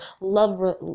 love